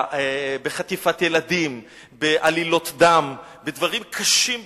בחטיפת ילדים, בעלילות דם, בדברים קשים ביותר.